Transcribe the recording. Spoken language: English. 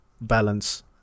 balance